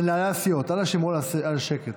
מנהלי הסיעות, אנא שמרו על שקט.